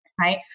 Right